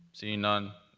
seeing none,